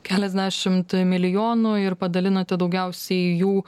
keliasdešimt milijonų ir padalinote daugiausiai jų